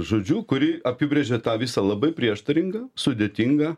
žodžiu kuri apibrėžė tą visą labai prieštaringą sudėtingą